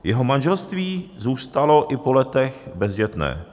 Jeho manželství zůstalo i po letech bezdětné.